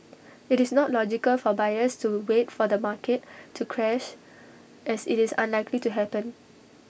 IT is not logical for buyers to wait for the market to crash as IT is unlikely to happen